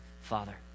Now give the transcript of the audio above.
father